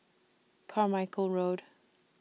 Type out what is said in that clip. Carmichael Road